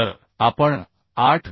तर आपण 8